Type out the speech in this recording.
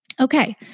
Okay